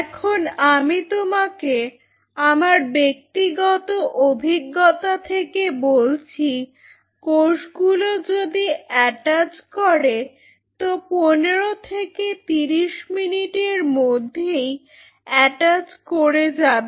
এখন আমি তোমাকে আমার ব্যক্তিগত অভিজ্ঞতা থেকে বলছি কোষগুলো যদি অ্যাটাচ করে তো 15 থেকে 30 মিনিটের মধ্যেই অ্যাটাচ করে যাবে